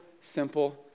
simple